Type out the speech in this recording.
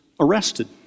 arrested